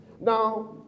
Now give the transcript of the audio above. Now